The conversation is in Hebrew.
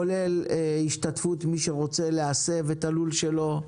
כולל השתתפות מי שרוצה להסב את הלול שלו,